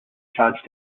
charged